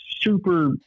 super